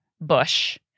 bush